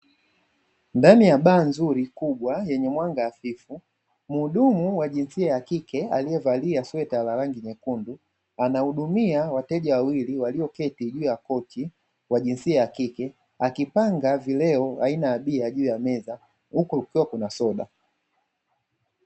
Ndani ya baa nzuri kubwa yenye mwanga hafifu muhudumu wa jinsia ya kike aliyevalia sweta la rangi nyekundu, anahudumia wateja wawili waliketi juu ya kochi wa jinsia ya kike akipanga vileo aina ya bia juu ya meza uku kukiwa kuna soda.